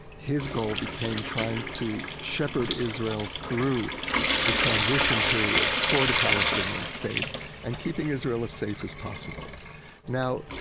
his goal became trying to shepherd israel through the transition period toward a palestinian state and keeping israel as safe as possible now,